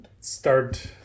start